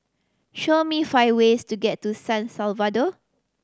show me five ways to get to San Salvador